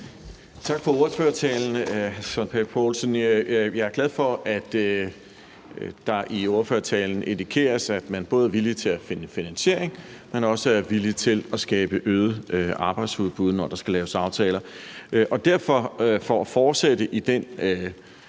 Tak for ordførertalen, hr. Søren Pape Poulsen. Jeg er glad for, at der i ordførertalen indikeres, at man både er villig til at finde finansiering, men også til at skabe øget arbejdsudbud, når der skal laves aftaler. Og for at fortsætte i den